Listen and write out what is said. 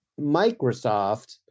Microsoft